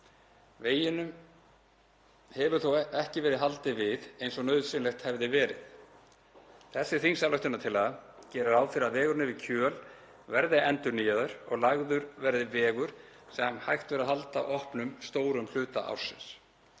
Veginum hefur þó ekki verið haldið við eins og nauðsynlegt hefði verið. Þessi þingsályktunartillaga gerir ráð fyrir að vegurinn yfir Kjöl verði endurnýjaður og lagður verði vegur sem hægt verði að halda opnum stórum hluta ársins